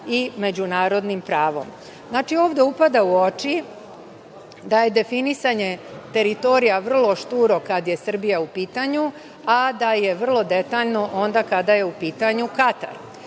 i međunarodnim pravom. Znači, ovde upada u oči da je definisanje teritorija vrlo šturo kada je Srbija u pitanju, a da je vrlo detaljno onda kada je u pitanju Katar.